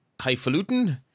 highfalutin